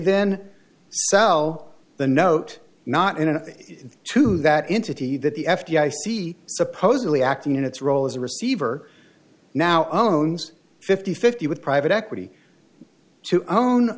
then sell the note not enough to that entity that the f d i c supposedly acting in its role as a receiver now own fifty fifty with private equity to own